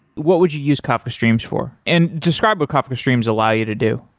what would you use kafka streams for? and describe what kafka streams allow you to do.